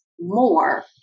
more